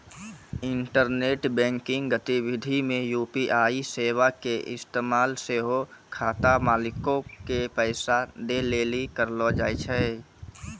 internet banking गतिविधि मे UPI सेबा के इस्तेमाल सेहो खाता मालिको के पैसा दै लेली करलो जाय छै